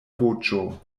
voĉo